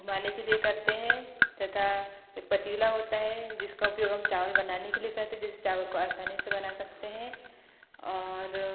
घुमाने के लिए करते हैं तथा एक पतीला होता है जिसका उपयोग हम चावल बनाने के लिए करते हैं जिससे चावल को आसानी से बना सकते हैं और